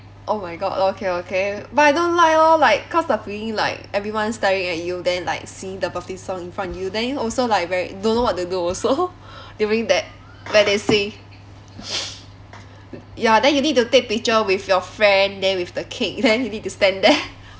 oh my god okay okay but I don't like lor like cause the feeling like everyone staring at you then like singing the birthday song in front of you then also like very don't know what to do also during that where they sing ya then you need to take picture with your friend then with the cake then you need to stand there